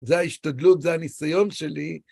זה ההשתדלות, זה הניסיון שלי.